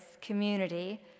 community